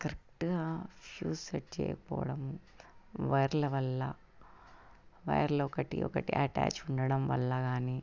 కరెక్ట్గా fuse set చేయకపోవడం వైర్ల వల్ల వైర్లు ఒకటి ఒకటి అటాచ్ ఉండడం వల్ల కానీ